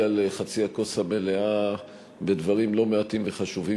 על חצי הכוס המלאה בדברים לא מעטים וחשובים,